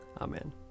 Amen